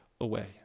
away